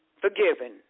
forgiven